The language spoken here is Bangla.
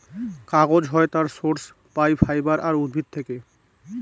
কাগজ হয় তার সোর্স পাই ফাইবার আর উদ্ভিদ থেকে